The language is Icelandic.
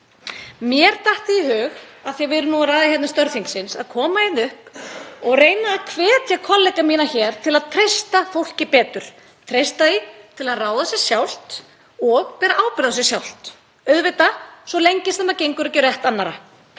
Mér datt í hug, af því að við erum að ræða hér um störf þingsins, að koma hingað upp og reyna að hvetja kollega mína til að treysta fólki betur, treysta því til að ráða sér sjálft og bera ábyrgð á sér sjálft, auðvitað svo lengi sem maður gengur ekki á rétt annarra,